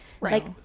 Right